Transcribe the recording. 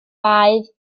baedd